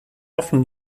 often